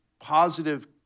positive